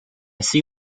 see